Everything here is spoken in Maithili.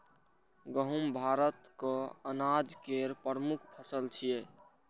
गहूम भारतक अनाज केर प्रमुख फसल छियै